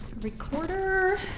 recorder